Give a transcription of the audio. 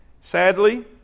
Sadly